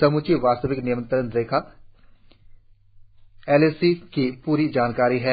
समूची वास्तविक नियंत्रण रेखा एल ए सी की पूरी जानकारी है